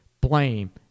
blame